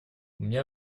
меня